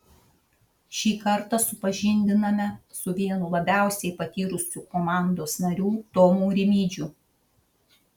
šį kartą supažindiname su vienu labiausiai patyrusių komandos narių tomu rimydžiu